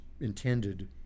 intended